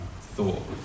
thought